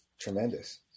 tremendous